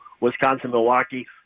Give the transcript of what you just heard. Wisconsin-Milwaukee